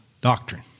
doctrine